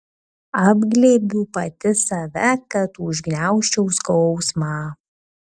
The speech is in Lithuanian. apglėbiu pati save kad užgniaužčiau skausmą